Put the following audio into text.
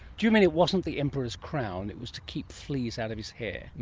do you mean it wasn't the emperor's crown, it was to keep fleas out of his hair? no,